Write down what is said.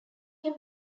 him